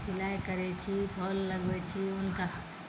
सिलाइ करै छी फॉल लगबै छी हुनका